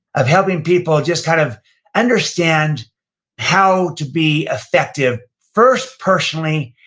of helping people just kind of understand how to be effective first, personally,